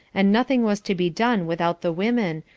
and nothing was to be done without the women,